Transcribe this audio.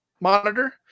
monitor